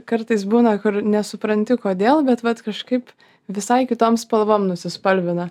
kartais būna kur nesupranti kodėl bet vat kažkaip visai kitom spalvom nusispalvina